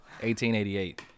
1888